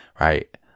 right